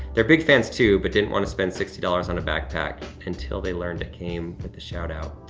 they're big fans too, but didn't wanna spend sixty dollars on a backpack, until they learned it came with a shout-out.